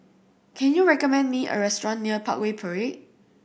can you recommend me a restaurant near Parkway Parade